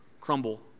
crumble